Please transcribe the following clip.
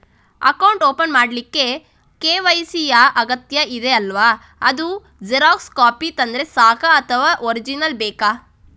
Account open ಮಾಡ್ಲಿಕ್ಕೆ KYC ಯಾ ಅಗತ್ಯ ಇದೆ ಅಲ್ವ ಅದು ಜೆರಾಕ್ಸ್ ಕಾಪಿ ತಂದ್ರೆ ಸಾಕ ಅಥವಾ ಒರಿಜಿನಲ್ ಬೇಕಾ?